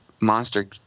monster –